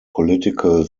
political